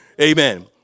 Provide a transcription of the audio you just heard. Amen